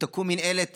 שתקום מינהלת